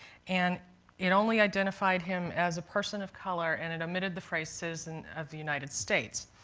and it only identified him as a person of color, and it omitted the phrase, citizen of the united states.